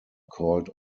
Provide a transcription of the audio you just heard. called